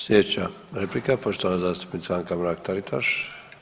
Sljedeća replika poštovana zastupnica Anka Mrak Taritaš.